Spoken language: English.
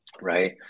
right